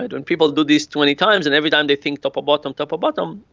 and when people do this twenty times and every time they think top or bottom, top or bottom,